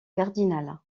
cardinal